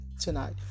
tonight